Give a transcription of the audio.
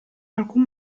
alcun